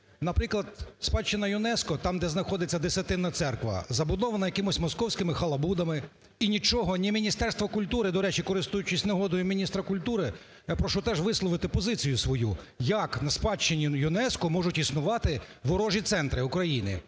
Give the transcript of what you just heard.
Наприклад, спадщина ЮНЕСКО, там, де знаходиться Десятинна церква, забудована якимись московськими халабудами і нічого ні Міністерство культури, до речі, користуючись нагодою, міністра культури я прошу теж висловити позицію свою як на спадщині ЮНЕСКО можуть існувати ворожі центри України.